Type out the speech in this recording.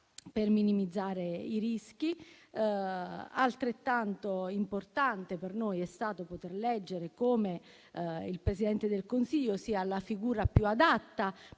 per minimizzare i rischi. Altrettanto importante, per noi, è stato poter leggere come il Presidente del Consiglio sia la figura più adatta